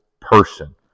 person